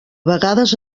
vegades